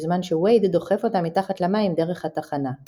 בזמן שוייד דוחף אותה מתחת למים דרך התחנה.